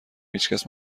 هیچکس